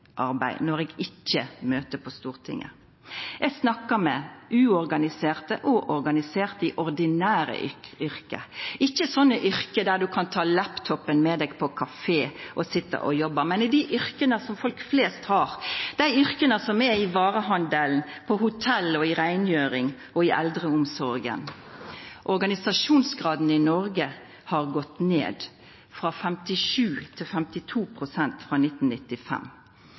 når eg ikkje møter på Stortinget. Eg snakkar med uorganiserte og organiserte i ordinære yrke, ikkje yrke der ein kan ta laptopen med seg på kafé og sitja og jobba, men dei yrka folk flest har, dei yrka ein har innan varehandel, hotell, reingjering og eldreomsorg. Organisasjonsgraden i Noreg har gått ned frå 57 til 52 pst. frå 1995.